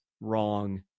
wrong